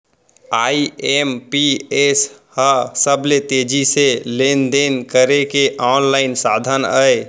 IMPS ह सबले तेजी से लेन देन करे के आनलाइन साधन अय